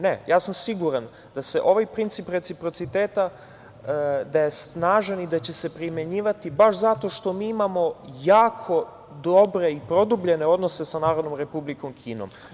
Ne, ja sam siguran da je ovaj princip reciprociteta snažan i da će se primenjivati baš zato što mi imamo jako dobre i produbljene odnose sa Narodnom Republikom Kinom.